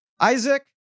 isaac